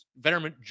veteran